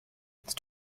c’est